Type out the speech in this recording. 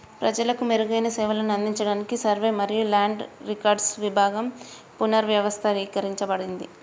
ప్రజలకు మెరుగైన సేవలను అందించడానికి సర్వే మరియు ల్యాండ్ రికార్డ్స్ విభాగం పునర్వ్యవస్థీకరించబడింది